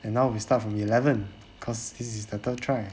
and now we start from eleven because this is the third try